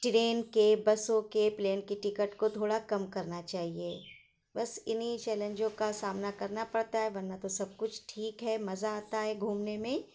train کے بسوں کے پلین کے ٹکٹ کو تھوڑا کم کرنا چاہیے بس ان ہی چیلنجوں کا سامنا کرنا پڑتا ہے ورنہ تو سب کچھ ٹھیک ہے مزہ آتا ہے گھومنے میں